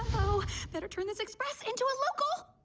oh better turn this express into a local